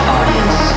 Audience